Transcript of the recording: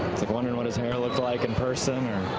like wondering what his hair looked like in person.